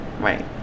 Right